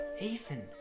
Ethan